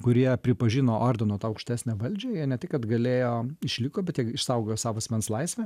kurie pripažino ordino tą aukštesnę valdžią jie ne tik kad galėjo išliko bet jie išsaugojo savo asmens laisvę